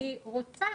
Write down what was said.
אני רוצה